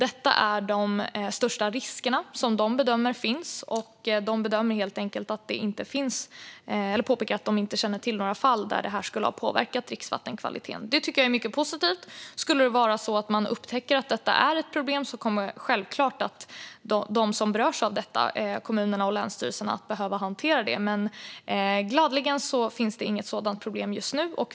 Det är de största risker som de bedömer finns. De påpekar att de inte känner till några fall där det här skulle ha påverkat dricksvattenkvaliteten, vilket jag tycker är mycket positivt. Skulle det vara så att man upptäcker att detta är ett problem kommer självklart de som berörs av det, kommunerna och länsstyrelsen, att behöva hantera det. Men jag kan gladeligen säga att det inte finns något sådant problem just nu.